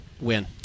Win